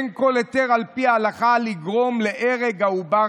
אין כל היתר על פי ההלכה לגרום להרג העובר,